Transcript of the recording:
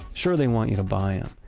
sure they want you to buy um